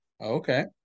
Okay